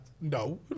no